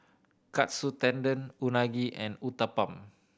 Katsu Tendon Unagi and Uthapam